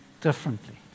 differently